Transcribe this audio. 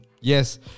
Yes